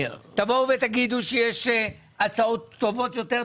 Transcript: תבואו ותגידו שיש הצעות טובות יותר,